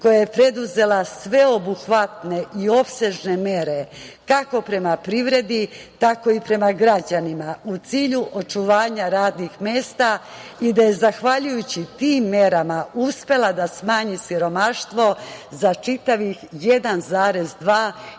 koja je preduzela sveobuhvatne i opsežne mere kako prema privredi, tako i prema građanima u cilju očuvanja radnih mesta. Zahvaljujući tim merama uspela je da smanji siromaštvo za čitavih 1,2